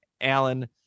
Alan